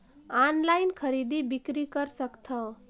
Online खरीदी बिक्री कर सकथव?